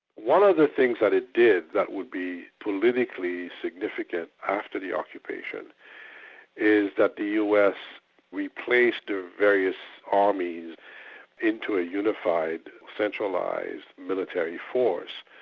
one of the things that it did that would be politically significant after the occupation is that the us replaced various armies into a unified, centralised military force,